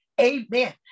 Amen